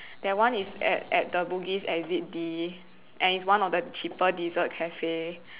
that one is at at the Bugis exit D and is one of the cheaper dessert cafe